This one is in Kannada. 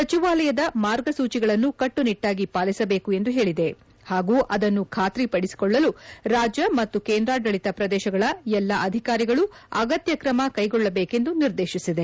ಸಚಿವಾಲಯದ ಮಾರ್ಗಸೂಚಿಗಳನ್ನು ಕಟ್ಟುನಿಟ್ಟಾಗಿ ಪಾಲಿಸಬೇಕು ಎಂದು ಹೇಳಿದೆ ಹಾಗೂ ಅದನ್ನು ಖಾತ್ರಿಪಡಿಸಲು ರಾಜ್ಯ ಮತ್ತು ಕೇಂದ್ರಾಡಳಿತ ಪ್ರದೇಶಗಳ ಎಲ್ಲಾ ಅಧಿಕಾರಿಗಳು ಅಗತ್ತ ಕ್ರಮ ಕೈಗೊಳ್ಳಬೇಕೆಂದು ನಿರ್ದೇಶಿಸಿದೆ